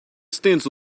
stance